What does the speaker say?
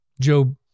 Job